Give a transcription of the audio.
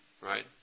Right